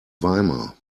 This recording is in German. weimar